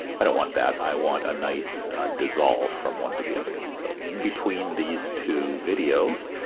i don't want that, i want a nice dissolve from one to the other, so in between these two videos,